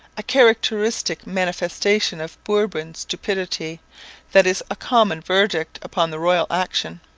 a characteristic manifestation of bourbon stupidity that is a common verdict upon the royal action.